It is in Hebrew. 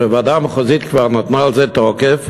שהוועדה המחוזית כבר נתנה על זה תוקף,